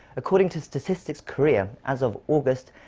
according to statistics korea, as of august,